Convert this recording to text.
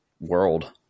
world